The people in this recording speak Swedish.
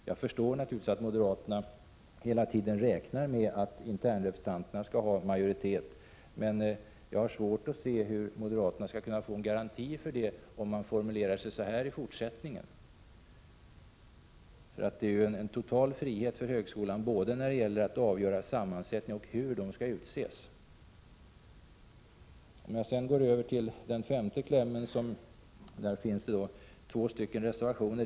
Jag förstår naturligtvis att moderaterna hela tiden räknar med att de interna representanterna skall ha majoritet, men jag har svårt att se hur moderaterna skall kunna få någon garanti för det, om man i fortsättningen formulerar sig så som i reservationen. Reservationen innebär ju en total frihet för högskolorna när det gäller att avgöra både styrelsens sammansättning och det sätt på vilket representanterna skall utses. Jag går nu över till punkt 5 i utskottets hemställan. Där finns det två reservationer.